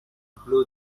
blue